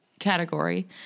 category